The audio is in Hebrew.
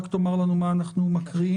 רק תאמר לנו מה אנחנו מקריאים.